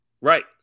Right